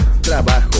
trabajo